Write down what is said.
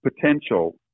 potential